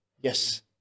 Yes